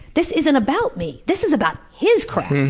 this isn't about me! this is about his crap.